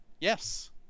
Yes